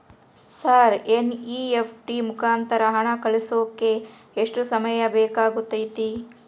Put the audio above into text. Sir NEFT ಮುಖಾಂತರ ಹಣ ಕಳಿಸೋಕೆ ಎಷ್ಟು ಸಮಯ ಬೇಕಾಗುತೈತಿ?